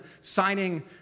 signing